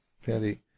fairly